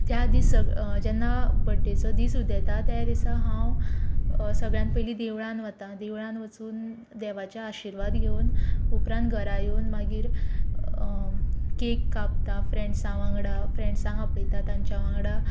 त्या दीस जेन्ना बड्डेचो दीस उदेता त्या दिसा हांव सगळ्यांत पयलीं देवळांत वता देवळांत वचून देवाचे आशिर्वाद घेवून उपरांत घरा येवून मागीर कॅक कापतां फ्रेंड्सां वांगडा फ्रेंड्सांक आपयता तेंच्या वांगडा